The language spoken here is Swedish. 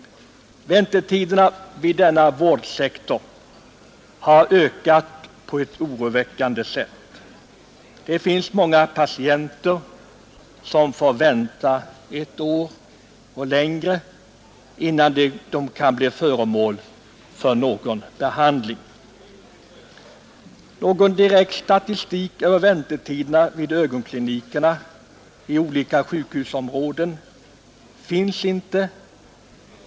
Väntetiderna vid denna vårdsektor har ökat på ett oroväckande sätt. Det finns många patienter som får vänta ett år och längre, innan de kan bli föremål för någon behandling. Någon direkt statistik över väntetiderna vid ögonklinikerna inom olika sjukhusområden finns inte.